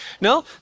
No